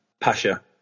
Pasha